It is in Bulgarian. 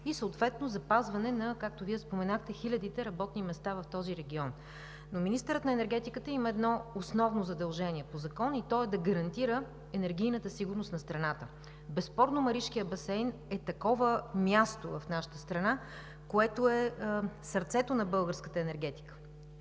и съответно запазване, както Вие споменахте, на хилядите работни места в този регион. Министърът на енергетиката има едно основно задължение по закон и то е да гарантира енергийната сигурност на страната. Безспорно Маришкият басейн е такова място в нашата страна, което е сърцето на българската енергетика.